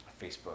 Facebook